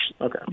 Okay